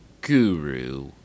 guru